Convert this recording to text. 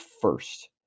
first